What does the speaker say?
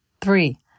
Three